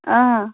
অঁ